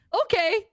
Okay